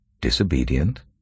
disobedient